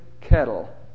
kettle